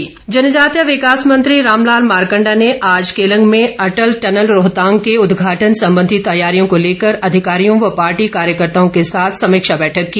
अटल tunnel Rohtang जनजातीय विकास मंत्री रामलाल मारकण्डा ने आज केलंग में अटल टनल रोहतांग के उदघाटन संबंधी तैयारियों को लेकर अधिकारियों व पार्टी कार्यकर्ताओं के साथ समीक्षा बैठक की